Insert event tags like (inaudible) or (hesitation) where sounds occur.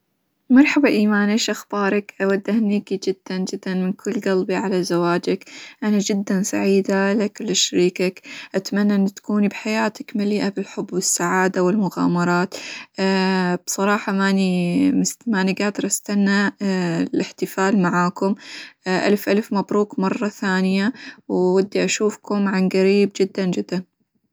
مرحبا إيمان إيش أخبارك؟ أود أهنيكي جدًا جدًا من كل قلبي على زواجك، أنا جدًا سعيدة لكى، ولشريكك، أتمنى إن تكوني بحياتك مليئة بالحب، والسعادة، والمغامرات (hesitation) بصراحة -ماني- ماني قادرة أستنى الإحتفال معاكم ألف ألف مبروك مرة ثانية، وودي أشوفكم عن قريب جدًا جدًا.